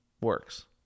works